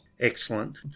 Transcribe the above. Excellent